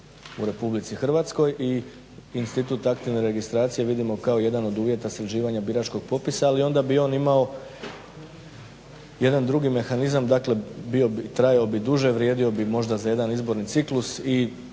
u Republici Hrvatskoj i institut aktivne registracije vidimo kao jedan od uvjeta sređivanja biračkog popisa ali onda bi on imao jedan drugi mehanizam, dakle trajao bi duže, vrijedio bi možda za jedan izborni ciklus i